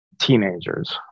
teenagers